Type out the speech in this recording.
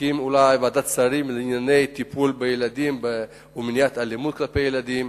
תקים אולי ועדת שרים לענייני טיפול בילדים ומניעת אלימות כלפי ילדים,